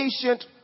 patient